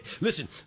Listen